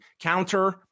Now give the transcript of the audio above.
counter